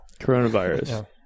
coronavirus